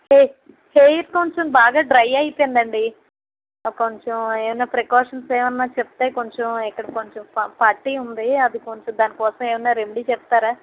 హె hair కొంచెం బాగా dry అయిపోయింది అండి కొంచెం ఏమన్న ప్రికాషన్స్ ఏమన్న చెప్తే కొంచెం ఇక్కడ కొంచెం పార్టీ ఉంది అది దాని కోసం ఏమైన రెమెడీ చెప్తారా